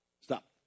stop